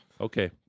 Okay